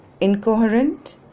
incoherent